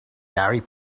gary